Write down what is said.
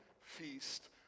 feast